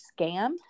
scam